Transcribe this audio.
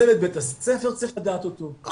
צוות בית הספר צריך לדעת אותו,